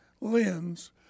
lens